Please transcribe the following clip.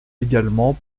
également